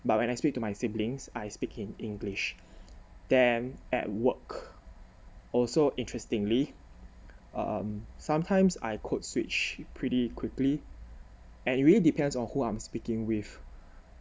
but when I speak to my siblings I speak in english then at work also interestingly um sometimes I code switch pretty quickly and it really depends on who I'm speaking with